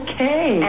Okay